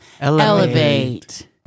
elevate